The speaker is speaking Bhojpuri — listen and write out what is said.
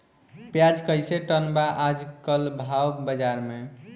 प्याज कइसे टन बा आज कल भाव बाज़ार मे?